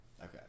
Okay